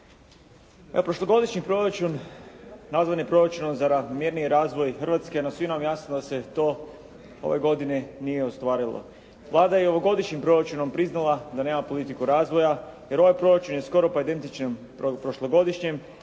Prošlogodišnji proračun nazvan je proračun za ravnomjerni razvoj Hrvatske, no svima je jasno da se to ove godine nije ostvarilo. Vlada je ovogodišnjim proračunom priznala da nema politiku razvoja, jer ovaj proračun je skoro pa identičan prošlogodišnjem,